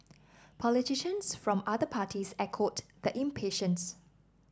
politicians from other parties echoed the impatience